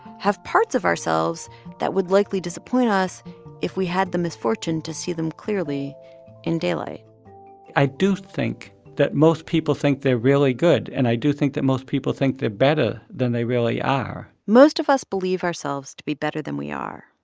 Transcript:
have parts of ourselves that would likely disappoint us if we had the misfortune to see them clearly in daylight i do think that most people think they're really good. and i do think that most people think they're better than they really are most of us believe ourselves to be better than we are.